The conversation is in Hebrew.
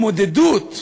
התמודדות,